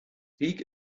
krieg